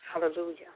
Hallelujah